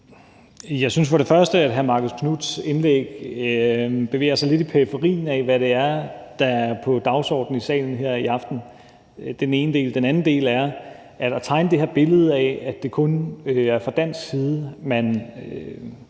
første, at hr. Marcus Knuths indlæg bevæger sig lidt i periferien af, hvad der er på dagsordenen i salen her i aften. Det er den ene del. For det andet er det at tegne det her billede af, at det kun er fra dansk side, at